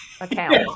account